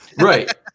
Right